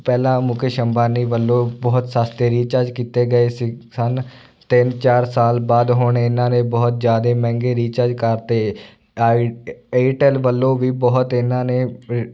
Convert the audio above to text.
ਪਹਿਲਾਂ ਮੁਕੇਸ਼ ਅੰਬਾਨੀ ਵੱਲੋਂ ਬਹੁਤ ਸਸਤੇ ਰੀਚਾਰਜ ਕੀਤੇ ਗਏ ਸੀ ਸਨ ਤਿੰਨ ਚਾਰ ਸਾਲ ਬਾਅਦ ਹੁਣ ਇਹਨਾਂ ਨੇ ਬਹੁਤ ਜ਼ਿਆਦਾ ਮਹਿੰਗੇ ਰੀਚਾਰਜ ਕਰਤੇ ਆਈ ਏਅਰਟੈੱਲ ਵੱਲੋਂ ਵੀ ਬਹੁਤ ਇਹਨਾਂ ਨੇ ਰੀ